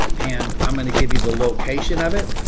and i'm going to give you the location of it,